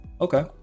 okay